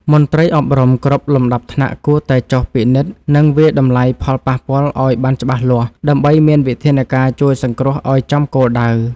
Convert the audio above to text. មន្ត្រីអប់រំគ្រប់លំដាប់ថ្នាក់គួរតែចុះពិនិត្យ និង វាយតម្លៃផលប៉ះពាល់ឱ្យបានច្បាស់លាស់ ដើម្បីមានវិធានការជួយសង្គ្រោះឱ្យចំគោលដៅ។